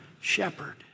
shepherd